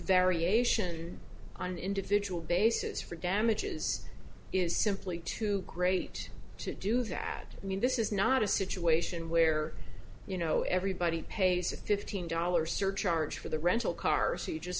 variation on an individual basis for damages is simply too great to do that i mean this is not a situation where you know everybody pays a fifteen dollar surcharge for the rental car see just